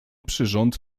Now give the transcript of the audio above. przyrząd